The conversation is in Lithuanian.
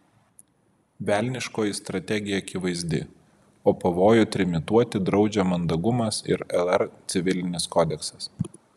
velniškoji strategija akivaizdi o pavojų trimituoti draudžia mandagumas ir lr civilinis kodeksas